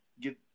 get